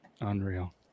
Unreal